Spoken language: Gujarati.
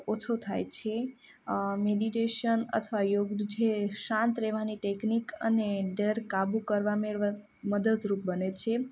ઓછો થાય છે મેડિટેશન અથવા યોગની જે શાંત રહેવાની ટેક્નિક અને ડર કાબૂ કરવા મેળવવા મદદરૂપ બને છે